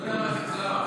הוא לא יודע מה זה קרב.